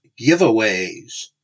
giveaways